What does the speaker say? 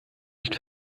nicht